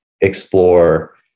explore